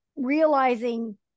realizing